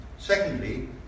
Secondly